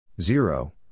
Zero